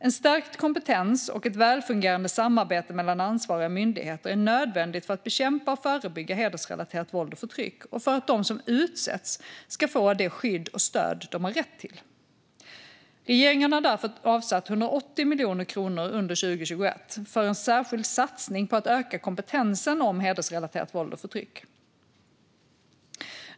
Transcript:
En stärkt kompetens och ett välfungerande samarbete mellan ansvariga myndigheter är nödvändigt för att bekämpa och förebygga hedersrelaterat våld och förtryck och för att de som utsätts ska få det skydd och stöd de har rätt till. Regeringen har därför avsatt 180 miljoner kronor under 2021 för en särskild satsning på att öka kompetensen om hedersrelaterat våld och förtryck.